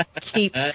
keep